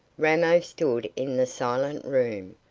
ramo stood in the silent room,